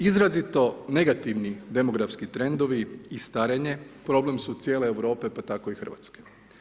Izrazito negativni demografski trendovi i starenje problem su cijele Europe pa tako i Hrvatske.